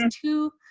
two